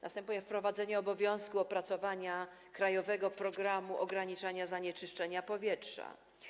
Następuje wprowadzenie obowiązku opracowania krajowego programu ograniczania zanieczyszczenia powietrza.